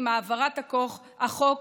עם העברת החוק,